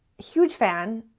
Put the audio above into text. huge fan,